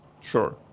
Sure